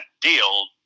deal